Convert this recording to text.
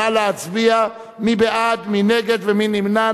נא להצביע, מי בעד, מי נגד ומי נמנע?